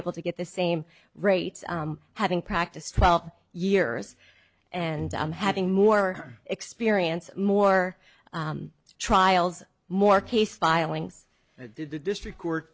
able to get the same rate having practiced twelve years and i'm having more experience more trials more case filings do the district